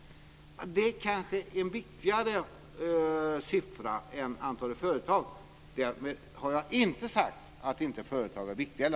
Det är kanske en viktigare siffra än antalet företag. Därmed har jag inte sagt, Lennart Kollmats, att företag inte är viktiga.